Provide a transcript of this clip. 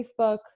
Facebook